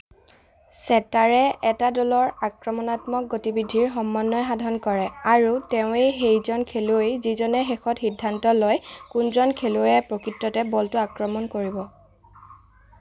ছেটাৰে এটা দলৰ আক্ৰমণাত্মক গতিবিধিৰ সমন্বয় সাধন কৰে আৰু তেওঁৱেই সেইজন খেলুৱৈ যিজনে শেষত সিদ্ধান্ত লয় কোনজন খেলুৱৈয়ে প্ৰকৃততে বলটো আক্ৰমণ কৰিব